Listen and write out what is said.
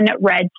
red